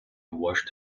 washed